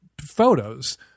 photos